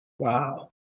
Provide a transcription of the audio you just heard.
Wow